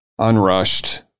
unrushed